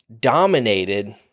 dominated